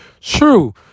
True